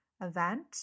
event